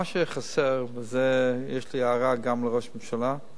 מה שחסר, ויש לי הערה גם לראש ממשלה,